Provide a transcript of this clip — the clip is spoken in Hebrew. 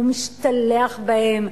הוא משתלח בהם,